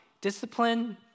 discipline